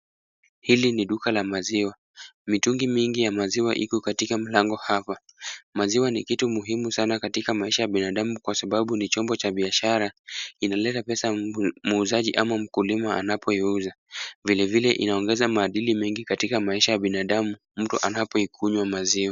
Hili ni duka la maziwa. Mitungi mingi ya maziwa iko katika mlango hapa. Maziwa ni kitu muhimu sana katika maisha ya binadmu kwa sababu ni chombo cha biashara. Inaleta pesa na muuzaji ama mkulima anapoiuza. Vilevile inaongeza madini mengi katika maisha ya binadamu mtu anapokunywa maziwa.